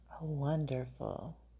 wonderful